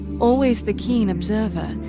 always the keen observer,